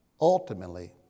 ultimately